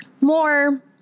more